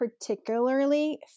particularly